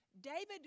David